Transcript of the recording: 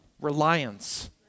reliance